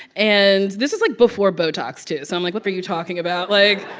and this is, like, before botox, too. so i'm like, what are you talking about? like.